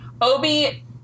Obi